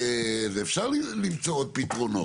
אפשר למצוא עוד פתרונות,